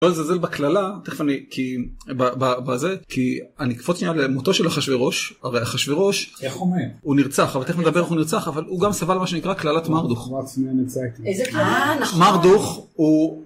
לא לזלזל בקללה, תכף אני, כי, בזה, כי אני אקפוץ שנייה למותו של אחשוורוש, הרי אחשוורוש... איך הוא מת? הוא נרצח, אבל תיכף נדבר איך הוא נרצח, אבל הוא גם סבל ממה שנקרא קללת מרדוך, מרדוך הוא